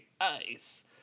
ice